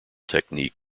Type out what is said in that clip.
technique